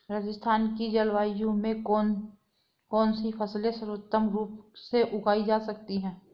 राजस्थान की जलवायु में कौन कौनसी फसलें सर्वोत्तम रूप से उगाई जा सकती हैं?